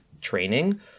training